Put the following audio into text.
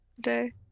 day